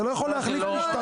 זה לא יכול להחליף משטרה.